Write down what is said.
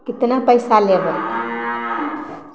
कितना पैसा लेबै